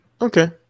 okay